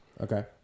Okay